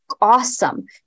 awesome